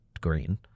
green